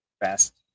best